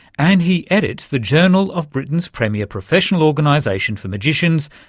and he edits the journal of britain's premier professional organisation for magicians,